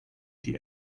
die